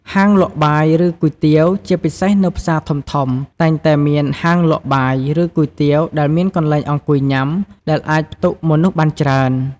ហាងលក់បាយ ឬគុយទាវ ជាពិសេសនៅផ្សារធំៗ តែងតែមានហាងលក់បាយ ឬគុយទាវដែលមានកន្លែងអង្គុយញ៉ាំ ដែលអាចផ្ទុកមនុស្សបានច្រើន។